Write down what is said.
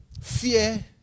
Fear